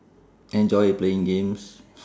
enjoy playing games